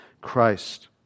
Christ